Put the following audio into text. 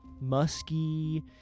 Musky